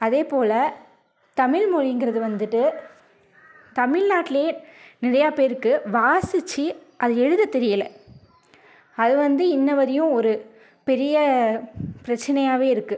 அதே போல் தமிழ்மொழிங்கறது வந்துட்டு தமிழ்நாட்டிலியே நிறைய பேருக்கு வாசித்து அதை எழுத தெரியலை அது வந்து இன்னவரையும் ஒரு பெரிய பிரச்சனையாகவே இருக்குது